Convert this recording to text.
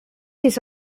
his